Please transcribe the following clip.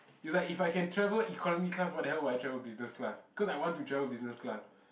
is like if I can travel economy class why the hell would I travel business class cause I want to travel business class